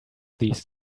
these